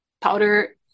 powder